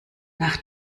nach